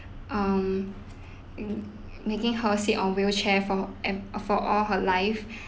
um making her sit on wheelchair for ever uh for all her life